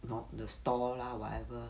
not the store lah whatever